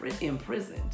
imprisoned